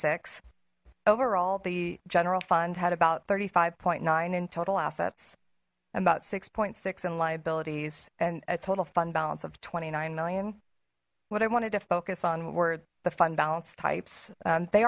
six overall the general fund had about thirty five point nine in total assets about six point six and liabilities and a total fund balance of twenty nine million what i wanted to focus on were the fund balance types they